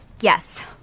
Yes